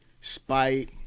spite